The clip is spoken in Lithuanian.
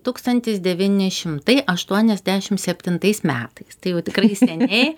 tūkstantis devyni šimtai aštuoniasdešim septintais metais tai jau tikrai seniai